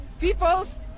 people's